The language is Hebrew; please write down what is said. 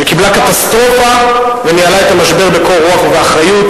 שקיבלה קטסטרופה וניהלה את המשבר בקור-רוח ובאחריות?